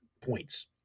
points